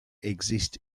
exist